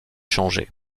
changer